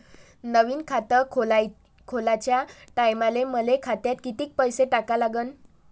नवीन खात खोलाच्या टायमाले मले खात्यात कितीक पैसे टाका लागन?